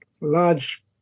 large